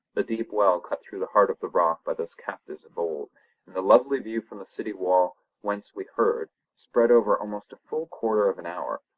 the deep well cut through the heart of the rock by those captives of old, and the lovely view from the city wall whence we heard, spread over almost a full quarter of an hour,